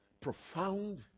profound